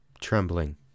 trembling